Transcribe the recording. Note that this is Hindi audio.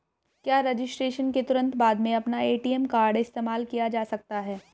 क्या रजिस्ट्रेशन के तुरंत बाद में अपना ए.टी.एम कार्ड इस्तेमाल किया जा सकता है?